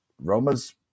Roma's